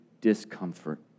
discomfort